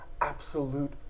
absolute